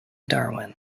darwin